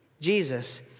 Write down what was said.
Jesus